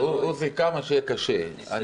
כמה שיהיה קשה.